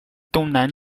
东南